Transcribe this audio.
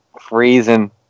Freezing